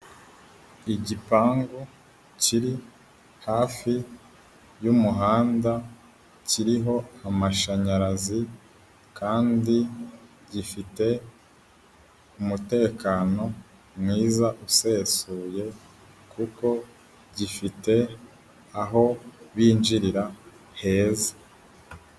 Igipangu kiri hafi y'umuhanda, kiriho amashanyarazi kandi gifite umutekano mwiza usesuye kuko gifite aho binjirira heza.